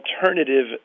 alternative